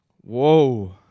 Whoa